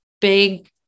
big